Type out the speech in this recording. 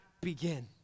begin